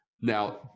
Now